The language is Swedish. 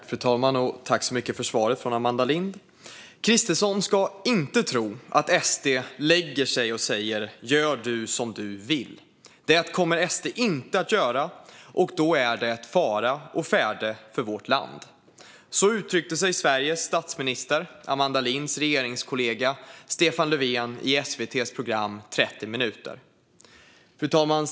Fru talman! Tack så mycket för svaret från Amanda Lind! "Kristersson ska inte tro att Sverigedemokraterna lägger sig och säger gör som du vill. Det kommer de inte att göra och då är det fara å färde för vårt land." Så uttryckte sig Sveriges statsminister, Amanda Linds regeringskollega, Stefan Löfven i SVT:s program 30 minuter . Fru talman!